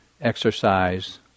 exercise